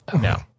No